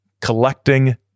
collecting